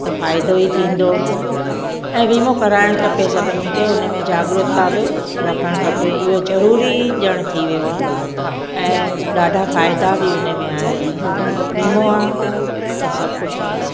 त फ़ाइदो ई थींदो ऐं वीमो कराइणु खपे सभिनी खे उन में जागरुकता बि रखणु खपे इहो ज़रूरी ॼण थी वियो आहे ऐं ॾाढा फ़ाइदा बि उन में आहिनि वीमो आहे त सब कुझु आहे